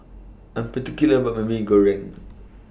I'm particular about My Mee Goreng